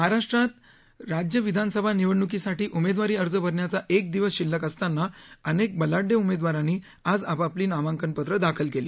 महाराष्ट्रात राज्यविधानसभा निवडण्कीसाठी उमेदवारी अर्ज भरण्याचा एक दिवस शिल्लक असताना अनेक बलाढ़य उमेदवारांनी आज आपापली नामांकन पत्र दाखल केली